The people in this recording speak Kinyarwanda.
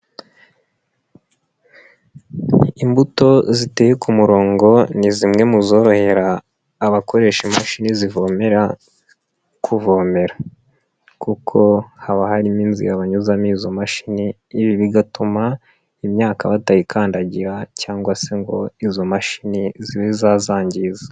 Imbuto ziteye ku murongo ni zimwe mu zorohera abakoresha imashini zivomera kuvomera kuko haba harimo inzira banyuzamo izo mashini ibi bigatuma imyaka batayikandagira cyangwa se ngo izo mashini zibe zazangiza.